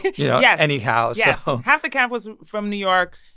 yeah yeah any house yes, so half the campus was from new york.